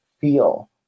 Feel